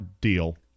deal